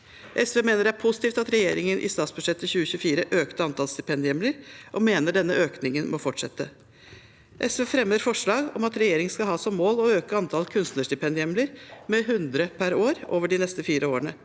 SV mener det er positivt at regjeringen i statsbudsjettet for 2024 økte antall stipendhjemler, og vi mener denne økningen må fortsette. SV fremmer forslag om at regjeringen skal ha som mål å øke antall kunstnerstipendhjemler med 100 per år over de neste fire årene,